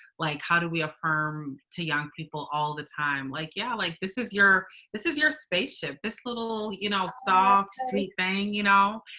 like, how do we affirm to young people all the time? like, yeah, like this is your this is your spaceship. this little you know soft, sweet thang, you know,